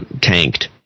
tanked